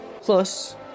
plus